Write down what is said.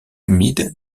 humide